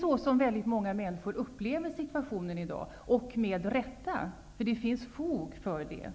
Så upplever väldigt många situationen i dag -- med rätta -- därför att det finns fog därför.